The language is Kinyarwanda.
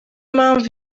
mpamvu